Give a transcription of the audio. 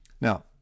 Now